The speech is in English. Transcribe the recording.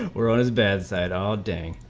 world's best at all day,